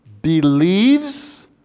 believes